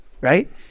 right